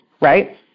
right